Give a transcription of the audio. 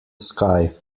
sky